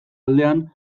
aldean